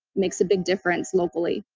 makes a big difference locally.